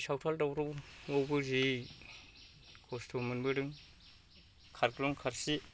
सावथाल दावरावावबो जि खस्थ' मोनबोदों खारग्लुं खारसि